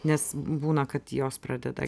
nes būna kad jos pradeda